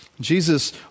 Jesus